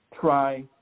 try